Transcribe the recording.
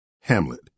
Hamlet